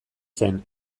zen